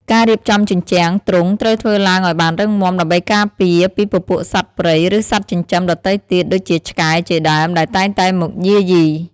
ការរៀបចំជញ្ជាំងទ្រុងត្រូវធ្វើឡើងឲ្យបានរឹងមាំដើម្បីការពារពីពពួកសត្វព្រៃឬសត្វចិញ្ចឹមដទៃទៀតដូចជាឆ្កែជាដើមដែលតែងតែមកយាយី។